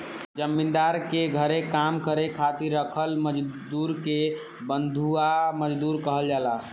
जमींदार के घरे काम करे खातिर राखल मजदुर के बंधुआ मजदूर कहल जाला